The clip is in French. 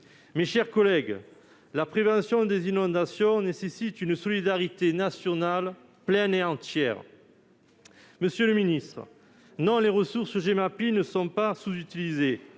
Mes chers collègues, la prévention des inondations nécessite une solidarité nationale pleine et entière. Monsieur le secrétaire d'État, non, les ressources Gemapi ne sont pas sous-utilisées.